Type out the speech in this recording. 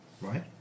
Right